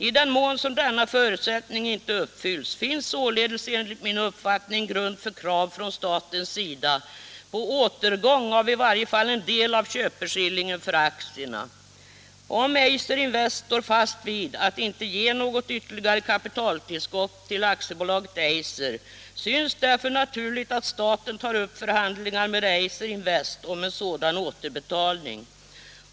I den mån som denna förutsättning inte uppfylls finns således enligt min uppfattning grund för krav från statens sida på återgång av i varje fall en del av köpeskillingen för aktierna. Om Eiser Invest står fast vid att inte ge något ytterligare kapitaltillskott till AB Eiser syns därför naturligt att staten tar upp förhandlingar med Eiser Invest om en sådan återbetalning.